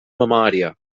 memòria